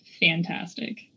fantastic